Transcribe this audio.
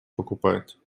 покупают